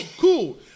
cool